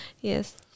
Yes